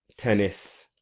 tennis